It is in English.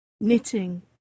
knitting